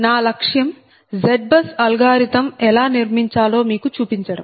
నా లక్ష్యం Z బస్ అల్గోరిథం ఎలా నిర్మించాలో మీకు చూపించడం